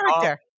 character